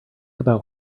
about